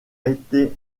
été